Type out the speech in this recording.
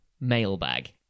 mailbag